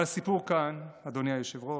אבל הסיפור כאן, אדוני היושב-ראש,